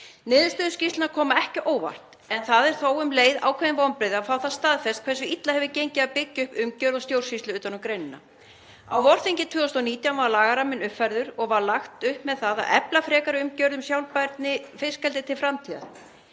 Niðurstöður skýrslunnar koma ekki á óvart en það eru þó um leið ákveðin vonbrigði að fá það staðfest hversu illa hefur gengið að byggja upp umgjörð og stjórnsýslu utan um greinina. Á vorþingi 2019 var lagaramminn uppfærður og var lagt upp með það að efla frekari umgjörð um sjálfbærni fiskeldis til framtíðar.